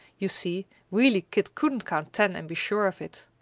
you see, really kit couldn't count ten and be sure of it.